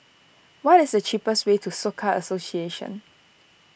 what is the cheapest way to Soka Association